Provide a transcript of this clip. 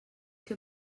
que